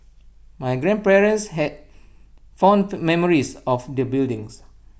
my grandparents had fond memories of the buildings